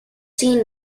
seen